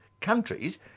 countries